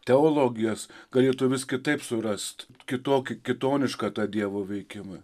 teologijas galėtų vis kitaip surast kitokį kitonišką tą dievo veikimą